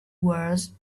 wars